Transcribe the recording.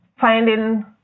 finding